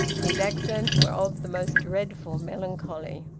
his accents were of the most dreadful melancholy.